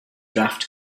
draft